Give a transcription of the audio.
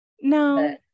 No